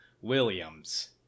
Williams